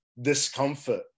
discomfort